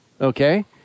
okay